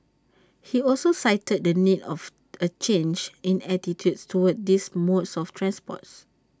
he also cited the need of A change in attitudes towards these modes of transport